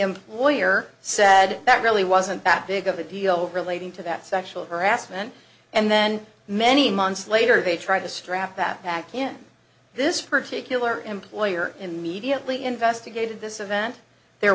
employer said that really wasn't that big of a deal relating to that sexual harassment and then many months later they tried to strap that back in this particular employer immediately investigated this event there